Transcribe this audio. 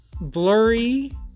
blurry